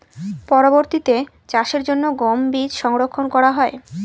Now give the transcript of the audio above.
পরবর্তিতে চাষের জন্য গম বীজ সংরক্ষন করা হয়?